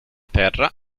terra